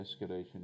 escalation